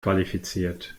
qualifiziert